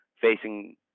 facing